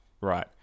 Right